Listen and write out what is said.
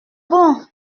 bon